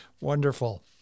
Wonderful